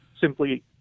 simply